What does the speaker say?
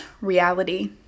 reality